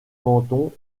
canton